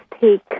take